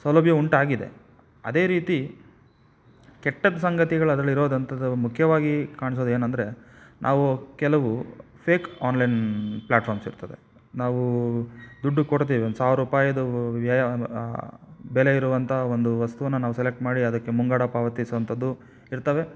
ಸೌಲಭ್ಯ ಉಂಟಾಗಿದೆ ಅದೇ ರೀತಿ ಕೆಟ್ಟದ್ದು ಸಂಗತಿಗಳು ಅದರಲ್ಲಿರೋವಂತದವು ಮುಖ್ಯವಾಗಿ ಕಾಣಿಸೋದೇನಂದ್ರೆ ನಾವು ಕೆಲವು ಫೇಕ್ ಆನ್ಲೈನ್ ಪ್ಲ್ಯಾಟ್ಫಾರ್ಮ್ಸ್ ಇರ್ತದೆ ನಾವು ದುಡ್ಡು ಕೊಡುತ್ತೇವೆ ಒಂದು ಸಾವಿರ ರೂಪಾಯ್ದು ವ್ಯಯ ಬೆಲೆ ಇರುವಂತಹ ಒಂದು ವಸ್ತುವನ್ನು ನಾವು ಸೆಲೆಕ್ಟ್ ಮಾಡಿ ಅದಕ್ಕೆ ಮುಂಗಡ ಪಾವತಿಸುವಂಥದ್ದು ಇರ್ತವೆ